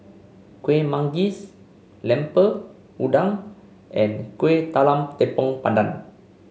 Kueh Manggis Lemper Udang and Kuih Talam Tepong Pandan